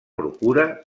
procura